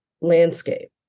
landscape